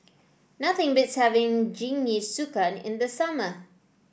nothing beats having Jingisukan in the summer